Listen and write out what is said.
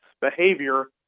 behavior